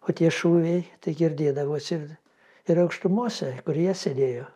o tie šūviai tai girdėdavosi ir aukštumose kur jie sėdėjo